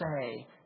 say